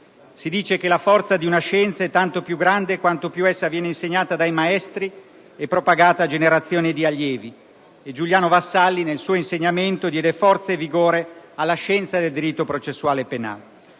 Si dice che la forza di una scienza è tanto più grande quanto più essa viene insegnata dai maestri e propagata a generazioni di allievi: Giuliano Vassalli nel suo insegnamento diede forza e vigore alla scienza del diritto processuale penale.